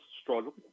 struggle